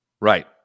Right